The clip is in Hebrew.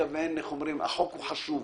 החוק הוא חשוב,